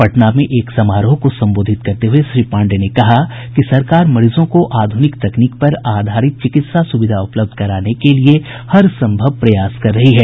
पटना में एक समारोह को संबोधित करते हुये श्री पांडेय ने कहा कि सरकार मरीजों को आध्रनिक तकनीक पर आधारित चिकित्सा सुविधा उपलब्ध कराने के लिए हर सम्भव प्रयास कर रही है